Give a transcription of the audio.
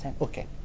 Okay